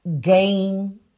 game